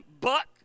buck